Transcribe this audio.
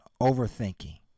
Overthinking